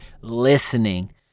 listening